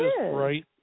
right